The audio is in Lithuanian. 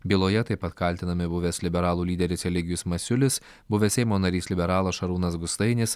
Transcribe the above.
byloje taip pat kaltinami buvęs liberalų lyderis eligijus masiulis buvęs seimo narys liberalas šarūnas gustainis